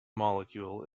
molecule